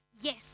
Yes